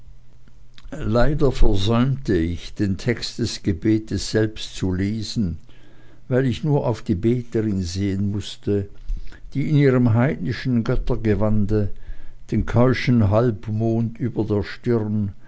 leider versäumte ich den text des gebetes selbst zu lesen weil ich nur auf die beterin sehen mußte die in ihrem heidnischen göttergewande den keuschen halbmond über der stirne